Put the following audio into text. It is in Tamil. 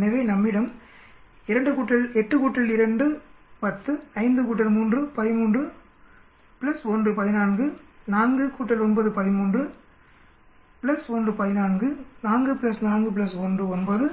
எனவே நம்மிடம் 8 2 10 5 3 13 1 14 4 9 13 1 14 4 4 1 9